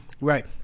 right